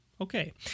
Okay